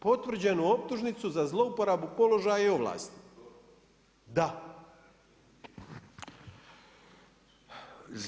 Potvrđenu optužnicu za zlouporabu položaja i ovlasti, da.